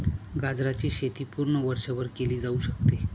गाजराची शेती पूर्ण वर्षभर केली जाऊ शकते